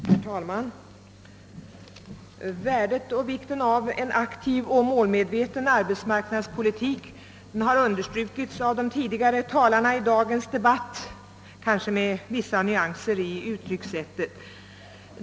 Herr talman! Värdet och vikten av en aktiv och målmedveten arbetsmarknadspolitik har understrukits av de tidigare talarna i dagens debatt — kan ske med vissa nyanser i uttryckssättet.